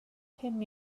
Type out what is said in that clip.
pum